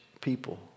people